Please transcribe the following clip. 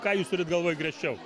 ką jūs turit galvoj griežčiau